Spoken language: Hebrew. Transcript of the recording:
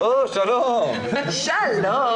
הישיבה ננעלה בשעה